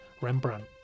rembrandt